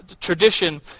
tradition